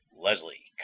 Leslie